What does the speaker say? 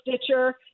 Stitcher